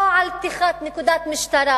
לא על פתיחת נקודת משטרה